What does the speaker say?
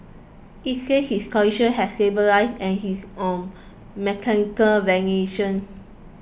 it says his condition has stabilised and he is on mechanical ventilation